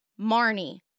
Marnie